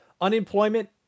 Unemployment